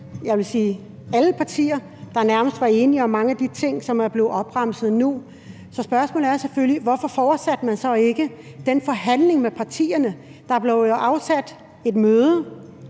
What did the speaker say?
jeg vil sige alle partier – der nærmest var enige om mange af de ting, som nu er blevet opremset. Så spørgsmålet er selvfølgelig, hvorfor man ikke fortsatte den forhandling med partierne. Der blev jo afsat tid